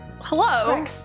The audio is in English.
Hello